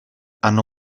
hanno